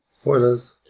Spoilers